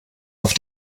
auf